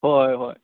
ꯍꯣꯏ ꯍꯣꯏ ꯍꯣꯏ